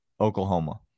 Oklahoma